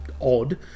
odd